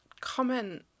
comment